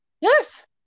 yes